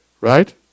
Right